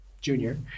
junior